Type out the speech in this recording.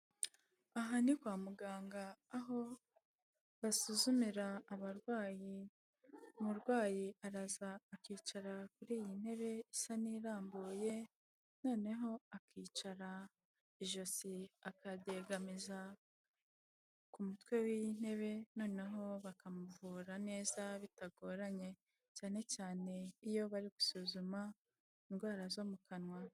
Aha ni kwa muganga aho basuzumira abarwayi, umurwayi araza akicara kuri iyi ntebe isa n'irambuye, noneho akicara ijosi akaryegamiza ku mutwe wiyi ntebe, noneho bakamuvura neza bitagoranye, cyane cyane iyo bari gusuzuma indwara zo mu kanwa.